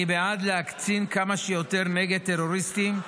אני בעד להקצין כמה שיותר נגד טרוריסטים.